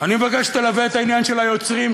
אני מבקש שתלווה את העניין של היוצרים,